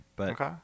Okay